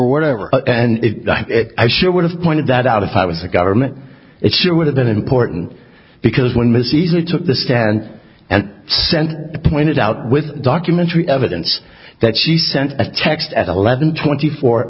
or whatever and i sure would have pointed that out if i was a government it sure would have been important because when mrs lee took the stand and sent pointed out with documentary evidence that she sent a text at eleven twenty four